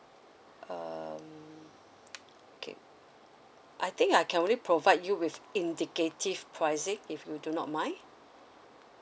um okay I think I can only provide you with indicative pricing if you do not mind